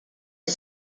est